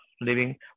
living